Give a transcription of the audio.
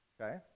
Okay